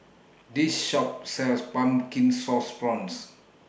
This Shop sells Pumpkin Sauce Prawns